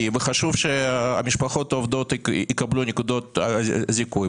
וחשוב שמשפחות עובדות יקבלו נקודות זיכוי,